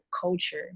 culture